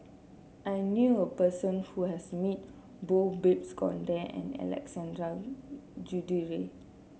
I knew a person who has meet both Babes Conde and Alexander Guthrie